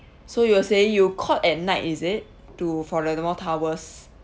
so you were saying you called at night is it to for the the more towels